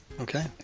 okay